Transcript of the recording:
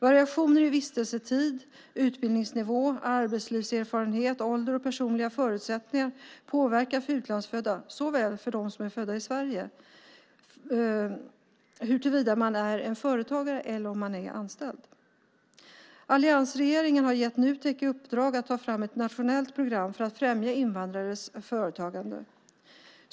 Variationer i vistelsetid, utbildningsnivå, arbetslivserfarenhet, ålder och personliga förutsättningar påverkar för utlandsfödda såväl för dem som är födda i Sverige när det gäller huruvida man är företagare eller anställd. Alliansregeringen har gett Nutek i uppdrag att ta fram ett nationellt program för att främja invandrares företagande.